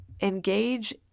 engage